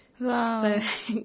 Wow